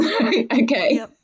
okay